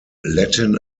latin